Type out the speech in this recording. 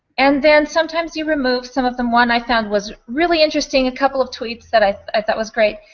and then sometimes you remove some of them. one i found was really interesting, a couple of tweets that i i thought was great.